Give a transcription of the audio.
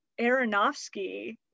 Aronofsky